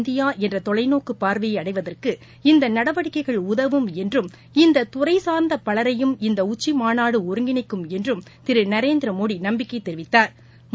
இந்தியாஎன்றதொலைநோக்குபார்வையைஅடைவதற்கு இந்தநடவடிக்கைகள் சுயசாா்பு உதவும் என்றும் இந்ததுறைசா்ந்தபலரையும் இந்தஉச்சிமாநாடுஒருங்கிணைக்கும் என்றும் திருநரேந்திரமோடிநம்பிக்கைதெரிவித்தாா்